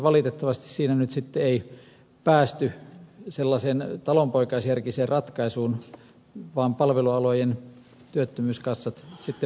valitettavasti siinä nyt sitten ei päästy sellaiseen talonpoikaisjärkiseen ratkaisuun vaan palvelualojen työttömyyskassat sitten vastasivat että ei onnistu